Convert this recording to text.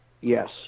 Yes